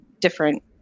different